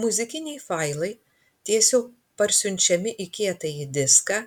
muzikiniai failai tiesiog parsiunčiami į kietąjį diską